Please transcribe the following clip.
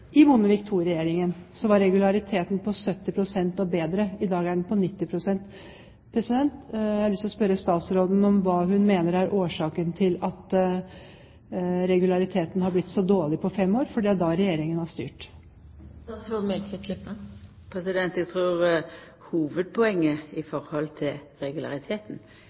Bondevik II-regjeringen var regulariteten på 90 pst. og bedre; i dag er den på 70 pst. Jeg har lyst til å spørre statsråden om hva hun mener er årsaken til at regulariteten har blitt så dårlig på fem år, for det er da Regjeringen har styrt.